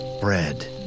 bread